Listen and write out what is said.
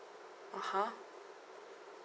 (uh huh)